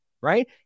right